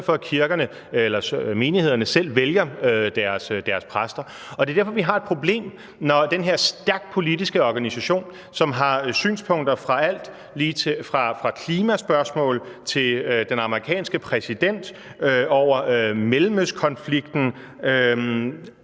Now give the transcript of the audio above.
jo også derfor, kirkerne eller menighederne selv vælger deres præster. Det er derfor, vi har et problem, når den her stærkt politiske organisation, som har synspunkter om alt lige fra klimaspørgsmål over mellemøstkonflikten